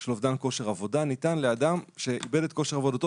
בשל אובדן כושר עבודה ניתן לאדם שאיבד את כושר עבודתו